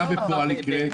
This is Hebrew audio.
מה יקרה בפועל?